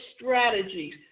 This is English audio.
strategies